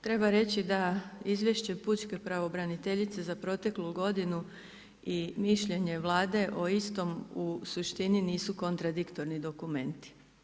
Treba reći da izvješće Pučke pravobraniteljicu za prošlu godinu i mišljenje Vlade u istom, u suštini nisu kontradiktorni dokumenti.